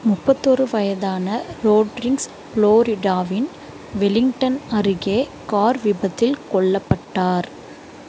முப்பத்தோரு வயதான ரோட்ரிக்ஸ் புளோரிடாவின் வெலிங்டன் அருகே கார் விபத்தில் கொல்லப்பட்டார்